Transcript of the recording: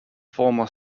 former